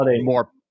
more